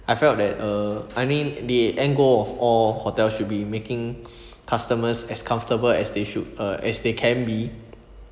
I felt that uh I mean the end goal of all hotel should be making customers as comfortable as they should uh as they can be